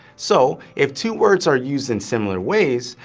so if two words are used in similar ways,